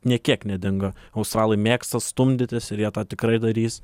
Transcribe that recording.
nė kiek nedingo australai mėgsta stumdytis ir jie tą tikrai darys